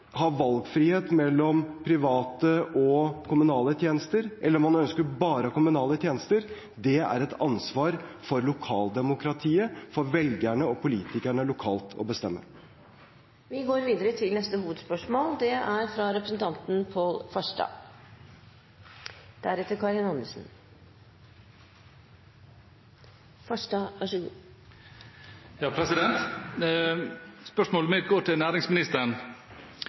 ha frihet til å velge mellom private og kommunale tjenester, eller man ønsker bare å ha kommunale tjenester, er det et ansvar for lokaldemokratiet, for velgerne og for politikerne lokalt å bestemme. Vi går til neste hovedspørsmål.